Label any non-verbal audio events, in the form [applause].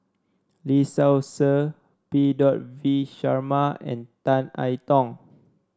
Lee Seow Ser P [unintelligible] V Sharma and Tan I Tong